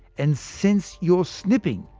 and sense your snipping!